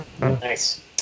nice